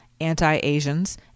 anti-Asians